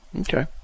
Okay